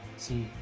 see,